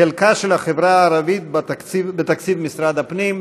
חלקה של החברה הערבית בתקציב משרד הפנים.